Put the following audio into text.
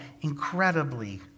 incredibly